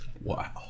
Wow